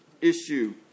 issue